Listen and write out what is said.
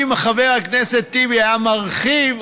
אם חבר הכנסת טיבי היה מרחיב,